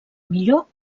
millor